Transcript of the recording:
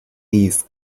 these